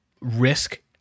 risk